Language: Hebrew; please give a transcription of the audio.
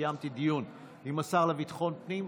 קיימתי דיון עם השר לביטחון הפנים.